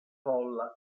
folla